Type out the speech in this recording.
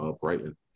Brighton